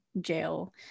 jail